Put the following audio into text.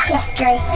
History